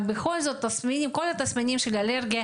בכל זאת יש את כל התסמינים של האלרגיה,